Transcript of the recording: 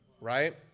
right